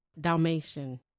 Dalmatian